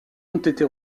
été